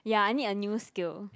ya I need a new scale